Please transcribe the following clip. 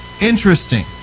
interesting